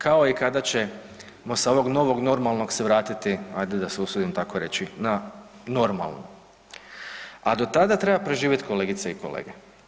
Kao i kada ćemo sa ovog „novog normalnog“ se vratiti, ajde da se usudim tako reći na „normalno“, a do tada treba preživjet kolegice i kolege.